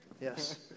Yes